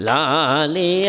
Lali